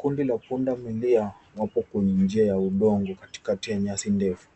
Kundi la punda milia wapo kwenye njia ya udongo katikati ya nyasi ndefu.